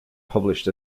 published